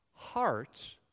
Heart